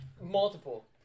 Multiple